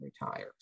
retires